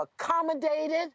accommodated